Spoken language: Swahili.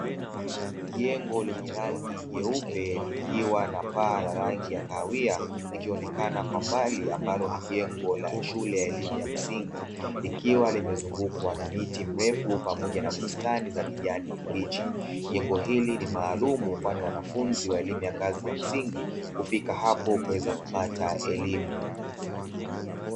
Jengo lenye rangi jeupe likiwa na paa la rangi ya kahawia, ikionekana kwa mbali ambalo ni jengo la shule ya elimu ya msingi, ikiwa limezungukwa na miti mirefu pamoja na bustani za kijani kibichi, jengo hili ni maalumu kwani wanafunzi wa elimu ya ngazi ya msingi, hufika hapo kuweza kupata elimu.